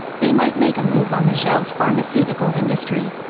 they might make a move on the zhao's pharmaceutical industry,